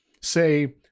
say